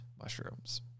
Mushrooms